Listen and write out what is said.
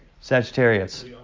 Sagittarius